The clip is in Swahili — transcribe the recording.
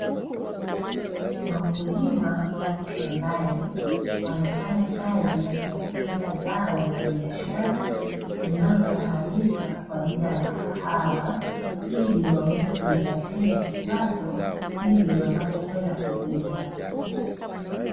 Wakulima wapo shambani, wanafanya kazi ya kuvuna zao la biashara, linalofahamika kwa jina la kahawa. Ili waweze kujipatia kipato pindi wanapokwenda kuuza.